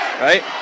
right